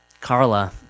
Carla